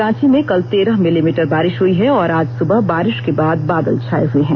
रांची में कल तेरह भिलीमीटर बारिश हुई है और आज सुबह बारिश के बाद बादल छाए हुए हैं